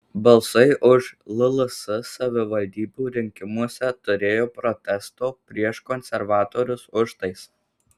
balsai už lls savivaldybių rinkimuose turėjo protesto prieš konservatorius užtaisą